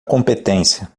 competência